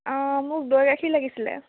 অঁ মোক দৈ গাখীৰ লাগিছিলে